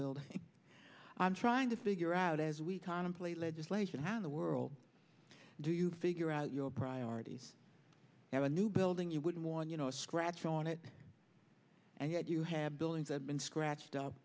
building i'm trying to figure out as we contemplate legislation how in the world do you figure out your priorities now a new building you wouldn't want you know a scratch on it and yet you have buildings have been scratched up